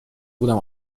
بودم